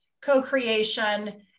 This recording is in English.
co-creation